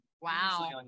Wow